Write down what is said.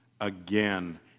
again